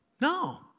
no